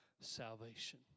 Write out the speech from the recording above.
salvation